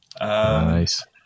nice